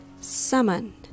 summon